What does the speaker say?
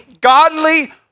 godly